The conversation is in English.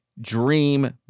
dream